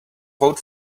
vote